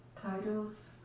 titles